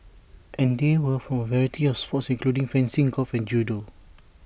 and they were from A variety of sports including fencing golf and judo